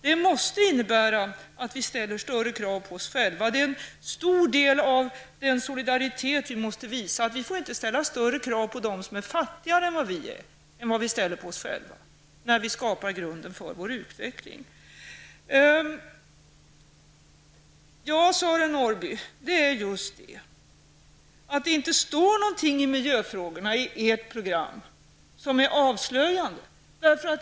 Det måste innebära att vi ställer större krav på oss själva. Det är en stor del av den solidaritet vi måste visa. Vi får inte ställa större krav på dem, som är fattigare än vad vi är, än vi ställer på oss själva, när vi skapar grunden för vår utveckling. Ja, Sören Norrby, det är just det, att det inte står något om miljöfrågorna i ert progam, som är avslöjande.